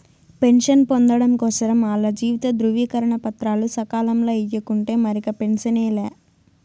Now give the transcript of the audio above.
pension పొందడం కోసరం ఆల్ల జీవిత ధృవీకరన పత్రాలు సకాలంల ఇయ్యకుంటే మరిక పెన్సనే లా